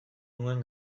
nuen